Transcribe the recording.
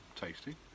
Tasty